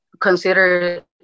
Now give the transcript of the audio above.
consider